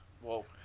Whoa